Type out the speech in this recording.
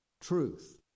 Truth